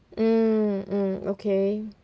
mm mm okay